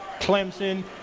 Clemson